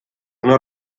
una